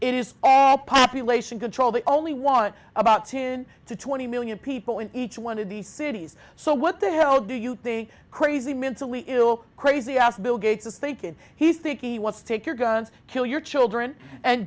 cities it is all population control they only want about ten to twenty million people in each one of these cities so what the hell do you think crazy mentally ill crazy ass bill gates is thinking he's thinking he wants to take your guns kill your children and